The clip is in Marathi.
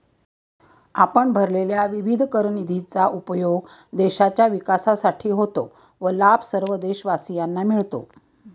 आपण भरलेल्या विविध कर निधीचा उपयोग देशाच्या विकासासाठी होतो व लाभ सर्व देशवासियांना मिळतो